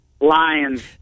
Lions